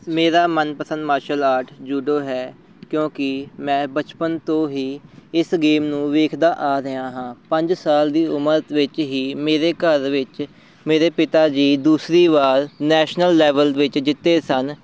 ਮੇਰਾ ਮਨਪਸੰਦ martial art judo ਹੈ ਕਿਉਂਕਿ ਮੈਂ ਬਚਪਨ ਤੋਂ ਹੀ ਇਸ ਗੇਮ ਨੂੰ ਵੇਖਦਾ ਆ ਰਿਹਾ ਹਾਂ ਪੰਜ ਸਾਲ ਦੀ ਉਮਰ ਤ ਵਿੱਚ ਹੀ ਮੇਰੇ ਘਰ ਵਿੱਚ ਮੇਰੇ ਪਿਤਾ ਜੀ ਦੂਸਰੀ ਵਾਰ ਨੈਸ਼ਨਲ ਲੈਵਲ ਵਿੱਚ ਜਿੱਤੇ ਸਨ